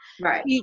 right